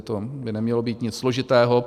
To by nemělo být nic složitého.